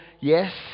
yes